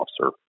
officer